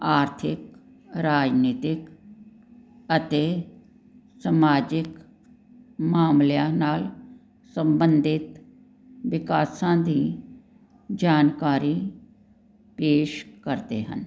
ਆਰਥਿਕ ਰਾਜਨੀਤਿਕ ਅਤੇ ਸਮਾਜਿਕ ਮਾਮਲਿਆਂ ਨਾਲ ਸੰਬੰਧਿਤ ਵਿਕਾਸਾਂ ਦੀ ਜਾਣਕਾਰੀ ਪੇਸ਼ ਕਰਦੇ ਹਨ